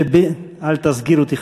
אל תסגיר אותי,